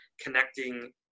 connecting